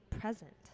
present